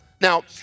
Now